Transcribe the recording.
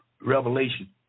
Revelation